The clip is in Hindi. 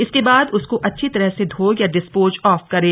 इसके बाद उसको अच्छी तरह से धोए या डिस्पोज ऑफ करे